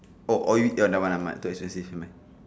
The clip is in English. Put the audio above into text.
oh or you you never mind never mind too expensive never mind